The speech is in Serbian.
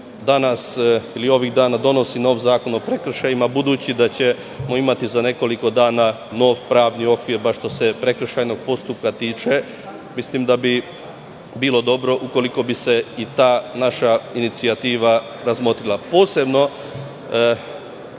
danas ili ovih dana donosi nov zakon o prekršajima, budući da ćemo imati za nekoliko dana nov pravni okvir, bar što se prekršajnog postupka tiče, mislim da bi bilo dobro ukoliko bi se i ta naša inicijativa razmotrila. Posebno